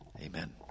Amen